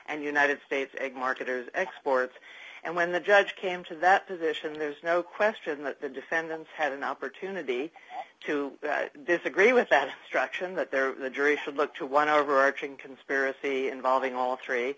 and united states egg marketers exports and when the judge came to that position there's no question that the defendants had an opportunity to disagree with that struction that their jury would look to one overarching conspiracy involving all three